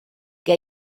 què